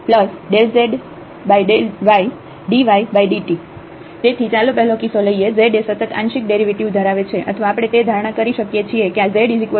dzdt∂z∂xdxdx∂z∂ydydt તેથી ચાલો પહેલો કિસ્સો લઈએ z એ સતત આંશિક ડેરિવેટિવ ધરાવે છે અથવા આપણે તે ધારણા કરી શકીએ છીએ કે આ z f x y એ ડિફ્રન્સિએબલ છે